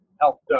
helped